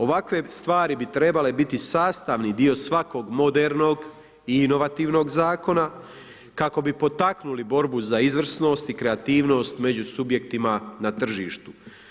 Ovakve stvari bi trebale biti sastavni dio svakog modernog i inovativnog zakona kako bi potaknuli borbu za izvrsnost i kreativnost među subjektima na tržištu.